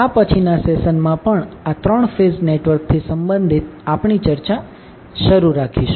આ પછીના સેશન માં પણ આ 3 ફેઝ નેટવર્કથી સંબંધિત આપણી ચર્ચા શરૂ રાખીશું